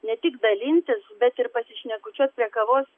ne tik dalintis bet ir pasišnekučiuot prie kavos